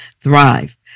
thrive